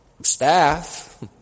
Staff